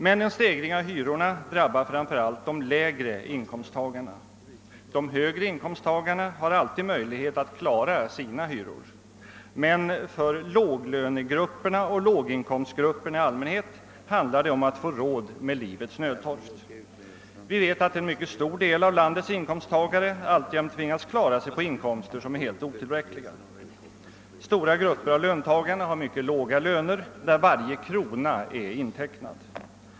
Men en stegring av hyrorna drabbar framför allt de lägre inkomsttagarna. De högre inkomsttagarna har alltid möjlighet att klara sina hyror, men för låglönegrupperna och låginkomstgrupperna i allmänhet handlar det om att få råd med livets nödtorft. Vi vet att en mycket stor del av landets inkomsttagare allt jämt tvingas leva på inkomster som är helt otillräckliga. Stora grupper av löntagarna har mycket låga löner, där varje krona är intecknad.